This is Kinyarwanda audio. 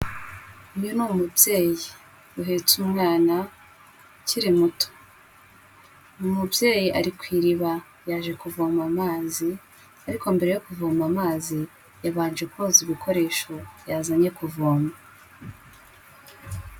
Uyu ni umubyeyi uhetse umwana ukiri muto, uyu mubyeyi ari ku iriba yaje kuvoma amazi ariko mbere yo kuvoma amazi yabanje koza ibikoresho yazanye kuvoma.